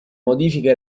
modifica